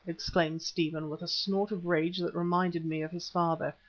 exclaimed stephen with a snort of rage that reminded me of his father.